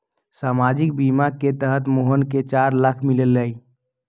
सामाजिक बीमा के तहत मोहन के चार लाख मिललई